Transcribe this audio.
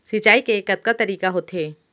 सिंचाई के कतका तरीक़ा होथे?